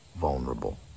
vulnerable